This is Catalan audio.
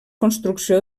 construcció